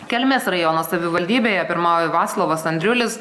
kelmės rajono savivaldybėje pirmauja vaclovas andriulis